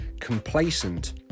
complacent